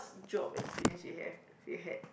job experience you have if you had